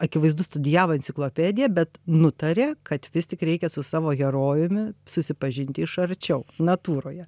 akivaizdu studijavo enciklopediją bet nutarė kad vis tik reikia su savo herojumi susipažinti iš arčiau natūroje